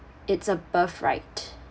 it's a birthright